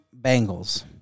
Bengals